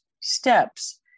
steps